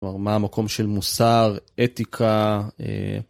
כלומר, מה המקום של מוסר, אתיקה?